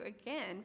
again